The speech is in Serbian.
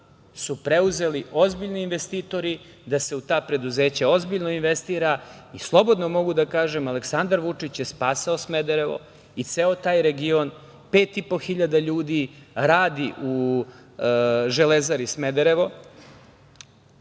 su preuzeli ozbiljni investitori, da se u ta preduzeća ozbiljno investira, i slobodno mogu da kažem, Aleksandar Vučić je spasao Smederevo i ceo taj region, pet i po hiljada ljudi radi u Železari Smederevo,